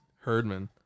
Herdman